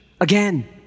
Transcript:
Again